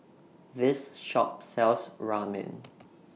This Shop sells Ramen